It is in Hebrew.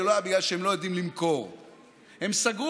זה לא היה בגלל שהם לא יודעים למכור.